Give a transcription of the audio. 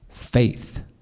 faith